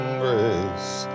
grace